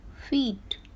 feet